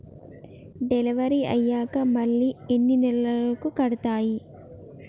Delivery అయ్యాక మళ్ళీ ఎన్ని నెలలకి కడుతాయి?